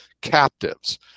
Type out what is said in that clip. captives